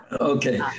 Okay